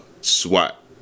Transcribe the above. SWAT